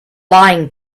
lying